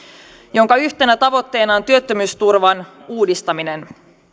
jonka yhtenä tavoitteena on työttömyysturvan uudistaminen